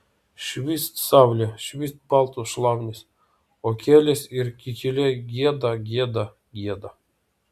švyst saulė švyst baltos šlaunys o kielės ir kikiliai gieda gieda gieda